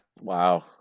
Wow